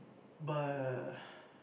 but